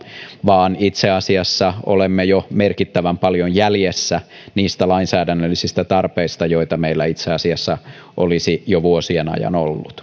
vaan itse asiassa olemme jo merkittävän paljon jäljessä niistä lainsäädännöllisistä tarpeista joita meillä itse asiassa olisi jo vuosien ajan ollut